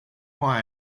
why